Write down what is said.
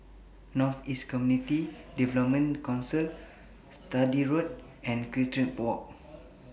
North East Community Development Council Sturdee Road and Equestrian Walk